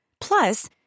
Plus